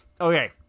Okay